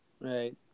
right